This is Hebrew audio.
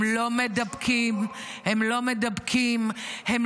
הם לא מידבקים -- שמציל נפשות רבות.